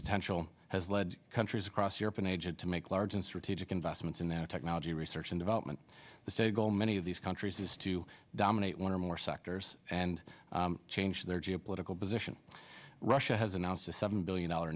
potential has led countries across europe and aged to make large and strategic investments in their technology research and development the stated goal many of these countries is to dominate one or more sectors and change their geopolitical position russia has announced a seven billion dollar